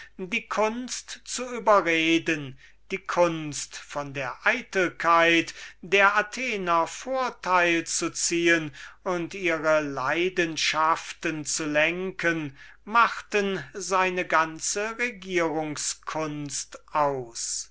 die kunst zu überreden die kunst von der eitelkeit der athenienser vorteil zu ziehen und ihre leidenschaften zu lenken diese machten seine ganze regierungskunst aus